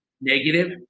negative